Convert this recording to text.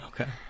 Okay